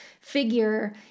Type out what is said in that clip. figure